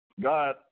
God